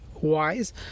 wise